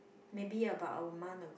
maybe about a month ago